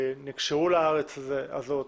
ונקשרו לארץ הזאת,